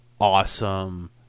awesome